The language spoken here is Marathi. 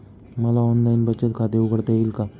मला ऑनलाइन बचत खाते उघडता येईल का?